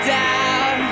down